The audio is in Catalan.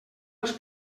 els